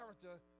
character